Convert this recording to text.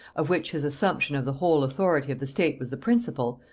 of which his assumption of the whole authority of the state was the principal,